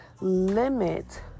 limit